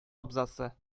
абзасы